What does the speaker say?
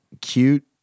cute